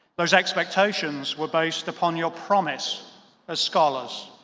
those expectations were based upon your promise as scholars.